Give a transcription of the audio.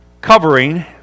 covering